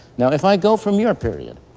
now if i go from your period,